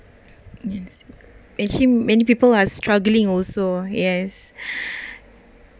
yes actually many people are struggling also yes